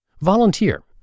Volunteer